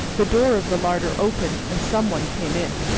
the door of the larder opened and some one came in.